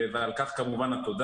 ועל כך התודה.